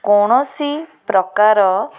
କୌଣସି ପ୍ରକାର